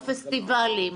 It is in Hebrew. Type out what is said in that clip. הפסטיבלים,